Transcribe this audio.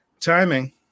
Timing